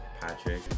Patrick